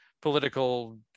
political